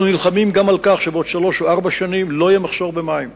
אנחנו נלחמים גם על כך שבעוד שלוש או ארבע שנים לא יהיה מחסור במים.